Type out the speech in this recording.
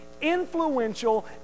influential